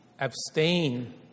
abstain